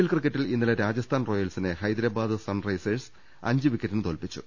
L ക്രിക്കറ്റിൽ ഇന്നലെ രാജസ്ഥാൻ റോയൽസിനെ ഹൈദ രാബാദ് സൺറൈസേഴ്സ് അഞ്ചുവിക്കറ്റിന് തോൽപ്പിച്ചു